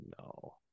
No